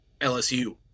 LSU